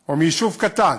או מיישוב קטן,